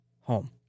home